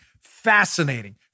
fascinating